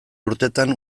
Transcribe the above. urtetan